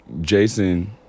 Jason